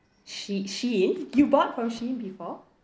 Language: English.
She~ SHEIN you bought from SHEIN before